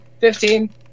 Fifteen